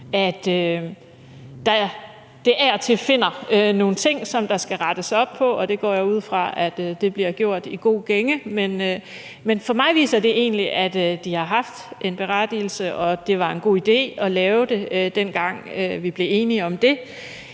at det af og til finder nogle ting, som der skal rettes op på, og det går jeg ud fra bliver gjort i god gænge. Men for mig viser det egentlig, at det har haft en berettigelse, og at det var en god idé at lave det, dengang vi blev enige om det.